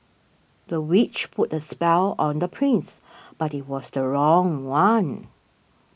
the witch put a spell on the prince but it was the wrong one